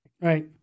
Right